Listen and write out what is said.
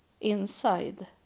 inside